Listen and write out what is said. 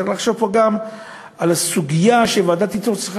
צריך לחשוב פה גם על הסוגיה שוועדת איתור צריכה